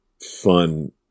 fun